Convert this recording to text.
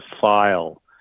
file